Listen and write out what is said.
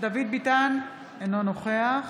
דוד ביטן, אינו נוכח